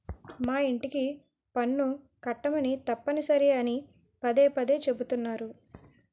మా యింటికి పన్ను కట్టమని తప్పనిసరి అని పదే పదే చెబుతున్నారు